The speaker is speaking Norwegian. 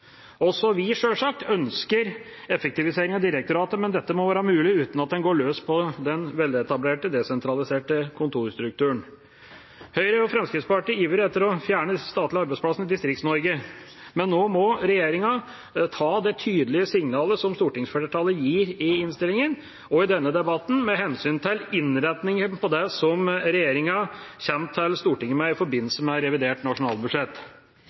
Vi også ønsker sjølsagt effektivisering av direktoratet, men dette må være mulig uten at man går løs på den veletablerte desentraliserte kontorstrukturen. Høyre og Fremskrittspartiet er ivrige etter å fjerne disse statlige arbeidsplassene i Distrikts-Norge, men nå må regjeringa ta det tydelige signalet som stortingsflertallet gir i innstillingen og denne debatten, med hensyn til innrettingen på det regjeringa kommer til Stortinget med i forbindelse med revidert nasjonalbudsjett.